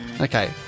Okay